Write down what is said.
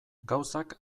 gauzak